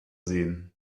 sehen